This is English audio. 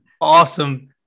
awesome